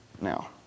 Now